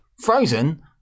frozen